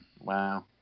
Wow